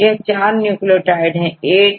यह चार न्यूक्लियोटाइड हैATGC